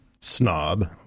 snob